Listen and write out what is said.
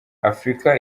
afrika